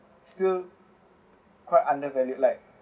still quite under value like